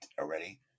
already